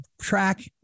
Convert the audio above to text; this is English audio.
track